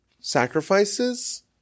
sacrifices